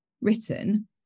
written